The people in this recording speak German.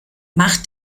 mach